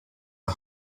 ihr